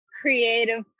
creative